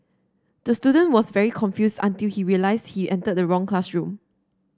the student was very confused until he realised he entered the wrong classroom